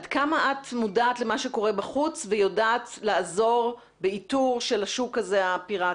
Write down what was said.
עד כמה את מודעת למה שקורה בחוץ ויודעת לעזור באיתור של השוק הפירטי?